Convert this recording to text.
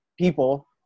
people